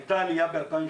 הייתה עלייה ב-2017